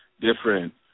different